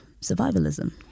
survivalism